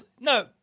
no